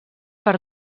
per